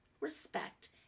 respect